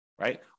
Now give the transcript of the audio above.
right